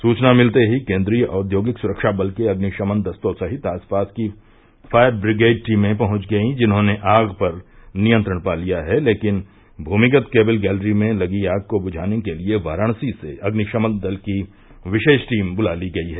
सूचना मिलते ही केन्द्रीय औद्योगिक सुरक्षाबल के अग्निशमन दस्तो सहित आसपास की फ़ायर ब्रिगेड टीमें पहुंच गई जिन्होंने आग पर नियंत्रण पा लिया है लेकिन भूमिगत केबिल गैलरी में लगी आग को बुझाने के लिए वाराणसी से अग्निशमन दल की विशेष टीम बुला ली गई है